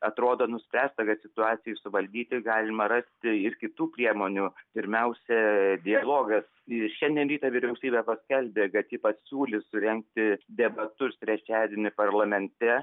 atrodo nuspręsta kad situacijai suvaldyti galima rasti ir kitų priemonių pirmiausia dialogas šiandien rytą vyriausybė paskelbė kad ji pasiūlys surengti debatus trečiadienį parlamente